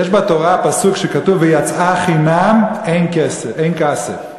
יש בתורה פסוק, כתוב "ויצאה חִנם אין כסף".